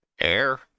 Air